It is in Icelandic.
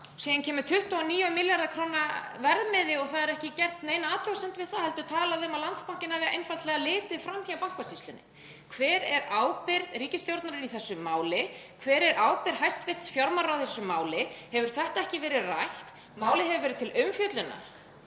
Síðan kemur 29 milljarða kr. verðmiði og það er ekki gerð nein athugasemd við það heldur talað um að Landsbankinn hafi einfaldlega litið fram hjá Bankasýslunni. Hver er ábyrgð ríkisstjórnarinnar í þessu máli? Hver er ábyrgð hæstv. fjármálaráðherra í þessu máli? Hefur þetta ekki verið rætt? Málið hefur verið til umfjöllunar